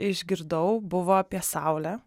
išgirdau buvo apie saulę